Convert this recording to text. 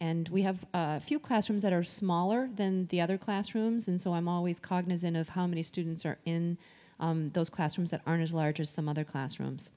and we have a few classrooms that are smaller than the other classrooms and so i'm always cognizant of how many students are in those classrooms that aren't as large as some other classrooms